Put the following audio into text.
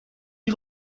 you